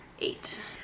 Eight